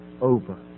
over